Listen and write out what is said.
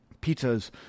pizza's